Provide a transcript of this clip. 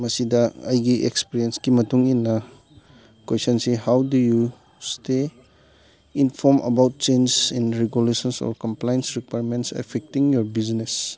ꯃꯁꯤꯗ ꯑꯩꯒꯤ ꯑꯦꯛꯁꯄꯤꯔꯤꯌꯦꯟꯁꯀꯤ ꯃꯇꯨꯡꯏꯟꯅ ꯀꯣꯏꯁꯟꯁꯤ how do you stay inform about change in regulations or comply affecting your business